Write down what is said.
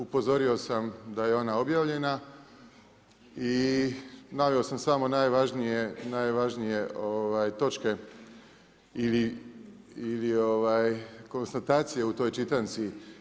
Upozorio sam da je ona obavljena i naveo sam samo najvažnije točke ili konstatacije u toj čitanci.